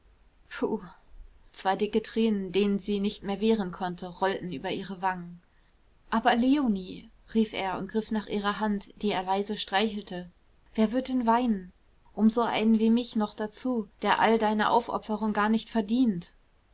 zwei dicke tränen denen sie nicht mehr wehren konnte rollten über ihre wangen aber leonie rief er und griff nach ihrer hand die er leise streichelte wer wird denn weinen um so einen wie mich noch dazu der all deine aufopferung gar nicht verdient